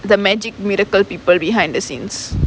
the magic miracle people behind the scenes